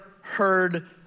heard